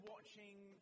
Watching